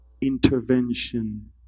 intervention